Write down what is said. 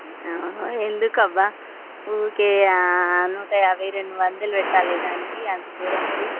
ఎందుకవ్వ ఊరికే నూట యాభై రెండు వందలు పెట్టాలి దానికి అంత దూరం పోయి